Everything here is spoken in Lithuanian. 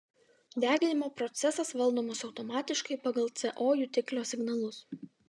deginimo procesas valdomas automatiškai pagal co jutiklio signalus